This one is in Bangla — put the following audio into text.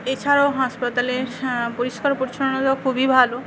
এছাড়াও হাসপাতালে পরিষ্কার পরিছন্নতা খুবই ভালো